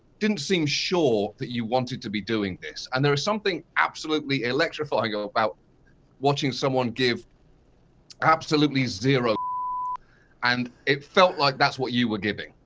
didn't seem sure that you wanted to be doing this and there was something absolutely electrifying about watching someone give absolutely zero and it felt like that's what you were giving.